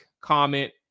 comment